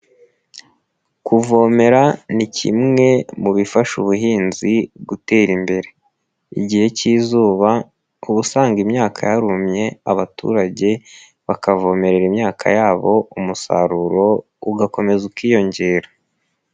Kuvomera ni kimwe mu bifasha ubuhinzi gutera imbere, igihe cy'izuba ubu usanga imyaka yarumye abaturage bakavomerera imyaka yabo umusaruro ugakomeza ukiyongera.